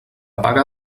paga